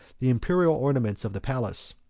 the imperial ornaments of the palace,